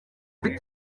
kuri